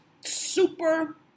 super